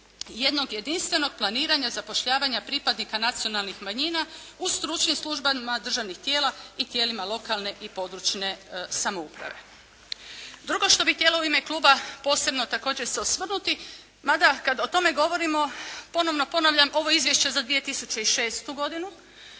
jednog jedinstvenog planiranja zapošljavanja pripadnika nacionalnih manjina u stručnim službama državnih tijela i tijelima lokalne i područne samouprave. Drugo što bih htjela u ime kluba posebno također se osvrnuti, mada kad o tome govorimo ponovno ponavljam ovo izvješće za 2006. godinu